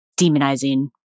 demonizing